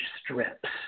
strips